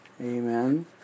Amen